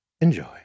Enjoy